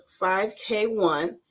5k1